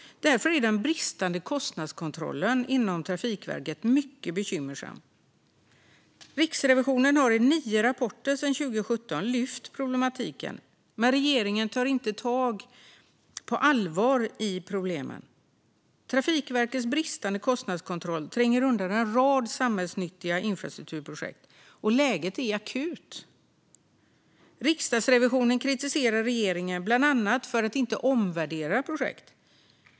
Därför är den bristande kostnadskontrollen inom Trafikverket mycket bekymmersam. Riksrevisionen har i nio rapporter sedan 2017 lyft upp problematiken, men regeringen tar inte tag i problemen på allvar. Trafikverkets bristande kostnadskontroll tränger undan en rad samhällsnyttiga infrastrukturprojekt. Läget är akut. Riksrevisionen kritiserar regeringen bland annat för att inte omvärdera projekt.